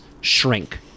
shrink